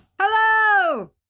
Hello